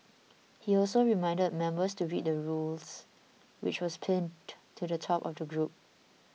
he also reminded members to read the rules which was pinned to the top of the group